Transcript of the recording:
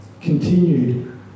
continued